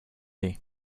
ready